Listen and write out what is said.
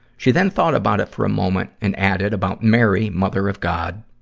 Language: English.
she then thought about it for a moment and added about mary, mother of god,